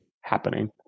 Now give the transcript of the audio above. happening